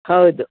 ಹೌದು